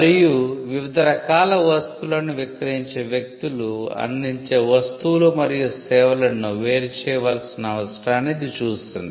మరియు వివిధ రకాల వస్తువులను విక్రయించే వ్యక్తులు అందించే 'వస్తువులు మరియు సేవలను' వేరు చేయవలసిన అవసరాన్ని ఇది చూసింది